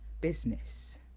business